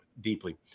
deeply